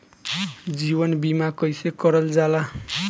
जीवन बीमा कईसे करल जाला?